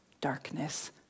darkness